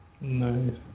Nice